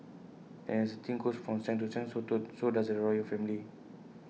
as the team goes from strength to strength too so does the royal family